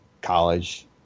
college